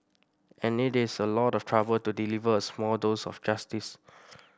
and it is a lot of trouble to deliver a small dose of justice